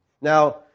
Now